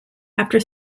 after